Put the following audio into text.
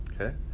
okay